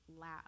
Laugh